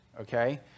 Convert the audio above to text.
okay